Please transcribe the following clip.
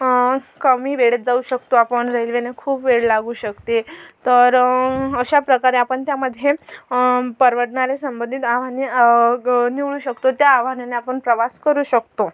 कमी वेळेत जाऊ शकतो आपण रेल्वेने खूप वेळ लागू शकते तर अशाप्रकारे आपण त्यामध्ये परवडणारे संबंधित वाहने ग् निवडू शकतो त्या वाहनांनी आपण प्रवास करू शकतो